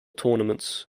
tournaments